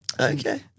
Okay